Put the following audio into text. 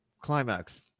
climax